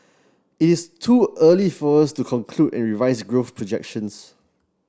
it is too early for us to conclude and revise growth projections